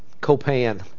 Copan